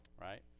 right